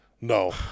No